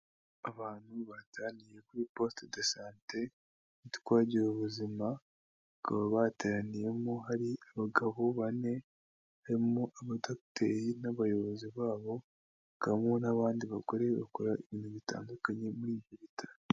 Abantu bateraniye kuri poste de sante yitwa gira ubuzima, bakaba bateraniyemo hari abagabo bane, harimo abadogiteri n'abayobozi babo, hakabamo n'abandi bagore bakora ibintu bitandukanye muri ibyo bitaro.